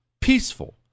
Peaceful